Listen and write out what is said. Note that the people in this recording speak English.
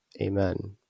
Amen